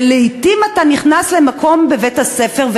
ולעתים אתה נכנס למקום בבית-הספר,